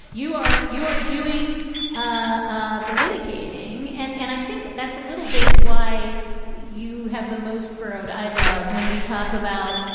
you are you are doing ah ah the litigating. and and i think that's a little bit why you have the most furrowed eyebrows when we talk about,